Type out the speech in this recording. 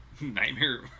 Nightmare